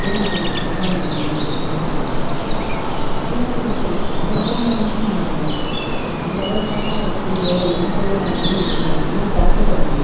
changes வந்து டெக்னாலஜில் வந்து இருந்துட்டு இருக்குதுங்க அதே மாதிரி வந்துட்டு அந்த ஃபோனில் வந்துட்டு நம்ம அந்த அளவுக்கான ஸ்பீடு எந்த மாதிரியான எதுவும் இருக்காது ஏன்னா பிராசசர் அப்படி